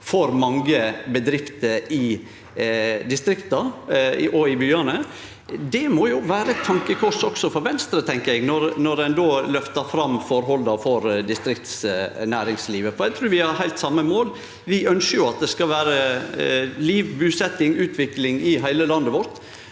for mange bedrifter i distrikta og i byane. Det må jo vere eit tankekors også for Venstre, tenkjer eg, når ein då løftar fram forholda for distriktsnæringslivet. Eg trur vi har det same målet: Vi ønskjer at det skal vere liv, busetjing og utvikling i heile landet vårt,